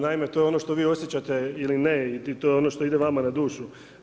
Naime, to je ono što vi osjećate ili ne i to je ono što ide vama na dušu.